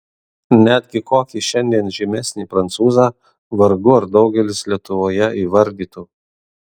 netgi kokį šiandien žymesnį prancūzą vargu ar daugelis lietuvoje įvardytų